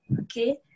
okay